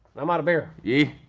i'm out of beer. yeah.